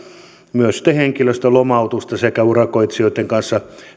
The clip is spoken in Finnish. myös henkilöstön lomautusta sekä urakoitsijoitten kanssa